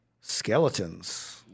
skeletons